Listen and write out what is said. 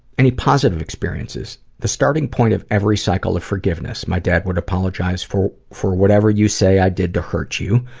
any positive experiences? the starting point of every cycle of forgiveness. my dad would apologize for for whatever you say i did to hurt you.